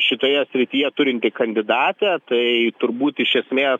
šitoje srityje turinti kandidatė tai turbūt iš esmės